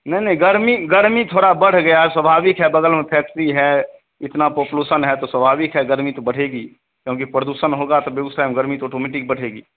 नहीं नहीं गर्मी गर्मी थोड़ा बढ़ी गई स्वभाविक है बग़ल में फैक्टरी है इतना पॉप्युलेसन है तो स्वभाविक है गर्मी तो बढ़ेगी क्योंकि प्रदूषण होगा तो बेगूसराय में गर्मी तो ऑटोमैटिक बढ़ेगी